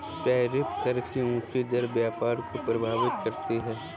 tariff कर की ऊँची दर व्यापार को प्रभावित करती है